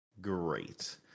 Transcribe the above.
Great